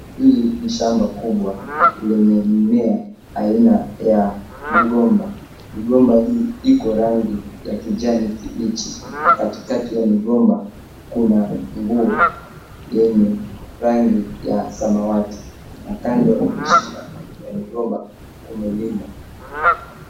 Hili ni shamba kubwa lenye mmea aina ya mgomba, mgomba hii iko rangi ya kijani kibichi, katikati ya migomba kuna nguo yenye rangi ya samawati na kando ya shamba ya mgomba kumelimwa.